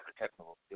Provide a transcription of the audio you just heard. technical